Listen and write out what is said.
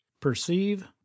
PERCEIVE